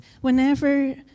whenever